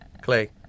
Clay